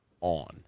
on